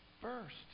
first